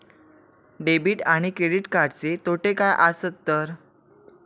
Debit आणि credit कार्डचे तोटे काय आसत तर?